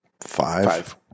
Five